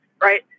right